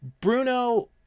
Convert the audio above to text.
Bruno